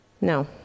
No